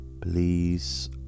Please